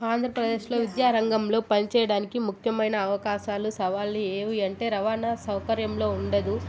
ఆంధ్రప్రదేశ్లో విద్యారంగంలో పనిచేయడానికి ముఖ్యమైన అవకాశాలు సవాళ్లు ఏవి అంటే రవాణా సౌకర్యంలో ఉండదు